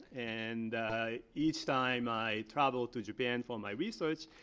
and each time i travel to japan for my research,